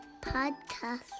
podcast